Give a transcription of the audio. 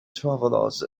travelers